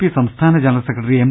P സംസ്ഥാന general secretary M